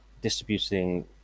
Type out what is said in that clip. distributing